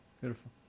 beautiful